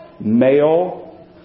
male